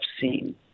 seen